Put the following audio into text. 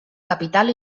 capital